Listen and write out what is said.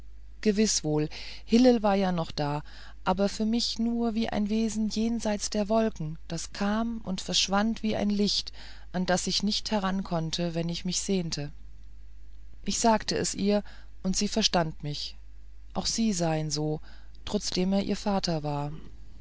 gewiß wohl hillel war ja noch da aber für mich nur wie ein wesen jenseits der wolken das kam und verschwand wie ein licht an das ich nicht herankonnte wenn ich mich sehnte ich sagte es ihr und sie verstand mich auch sie sah ihn so trotzdem er ihr vater war